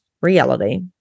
reality